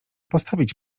postawić